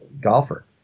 golfer